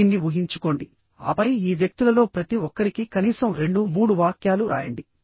దీన్ని ఊహించుకోండి ఆపై ఈ వ్యక్తులలో ప్రతి ఒక్కరికి కనీసం రెండు మూడు వాక్యాలు వ్రాయండి